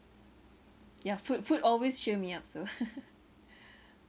ya food food always cheer me up so